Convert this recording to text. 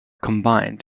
combined